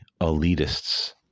elitists